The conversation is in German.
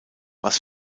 was